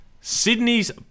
Sydney's